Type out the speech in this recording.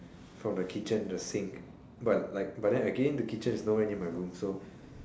from the kitchen the sink but like but then again the kitchen is no where near my room so